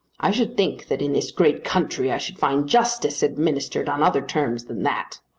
i should think that in this great country i should find justice administered on other terms than that.